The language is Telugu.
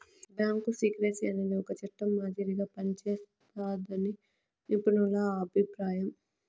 బ్యాంకు సీక్రెసీ అనేది ఒక చట్టం మాదిరిగా పనిజేస్తాదని నిపుణుల అభిప్రాయం